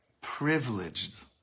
Privileged